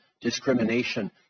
discrimination